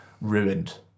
ruined